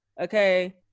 Okay